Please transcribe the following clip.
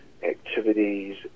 activities